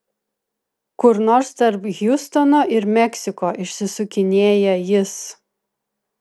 kur nors tarp hjustono ir meksiko išsisukinėja jis